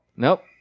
Nope